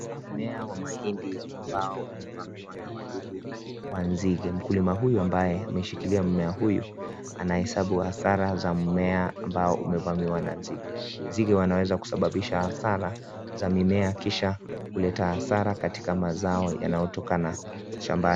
Mmea wa mahindi ambao umevamiwa na wadudu wa mzige, mkulima huyu ambaye ameshikilia mmea huyu anahesabu hasara za mmea ambao umevamiwa na nzige. Nzige wanaweza kusababisha hasara za mimea kisha kuleta hasara katika mzao yanayotokana shambani.